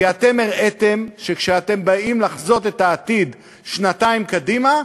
כי אתם הראיתם שכשאתם באים לחזות את העתיד שנתיים קדימה,